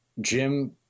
Jim